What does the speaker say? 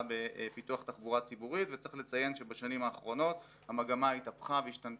בפיתוח תחבורה ציבורית וצריך לציין שבשנים האחרונות המגמה התהפכה והשתנה